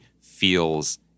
feels